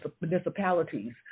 municipalities